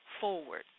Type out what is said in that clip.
forward